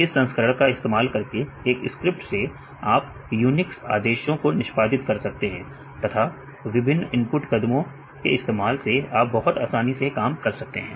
इस संस्करण का इस्तेमाल करके एक स्क्रिप्ट से आप यूनिक्स आदेशों को निष्पादित कर सकते हैं तथा विभिन्न इनपुट कदमों के इस्तेमाल से आप बहुत आसानी से काम कर सकते हैं